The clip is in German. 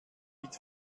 mit